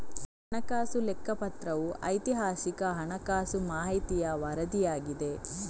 ಹಣಕಾಸು ಲೆಕ್ಕಪತ್ರವು ಐತಿಹಾಸಿಕ ಹಣಕಾಸು ಮಾಹಿತಿಯ ವರದಿಯಾಗಿದೆ